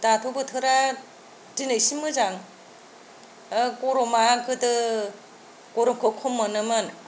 दाथ' बोथोरा दिनैसिम मोजां गरमा गोदो गरमखौ खम मोनोमोन